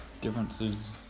differences